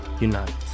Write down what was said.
unite